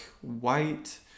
white